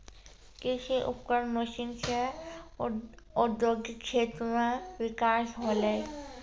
कृषि उपकरण मसीन सें औद्योगिक क्षेत्र म बिकास होलय